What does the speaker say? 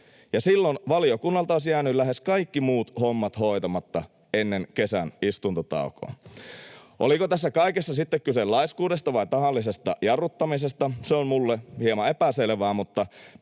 silloin valiokunnalta olisivat jääneet lähes kaikki muut hommat hoitamatta ennen kesän istuntotaukoa. Oliko tässä kaikessa sitten kyse laiskuudesta vai tahallisesta jarruttamisesta, se on minulle hieman epäselvää,